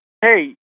Hey